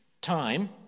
time